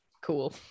Cool